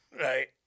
right